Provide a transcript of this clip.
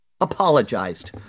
apologized